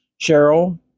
Cheryl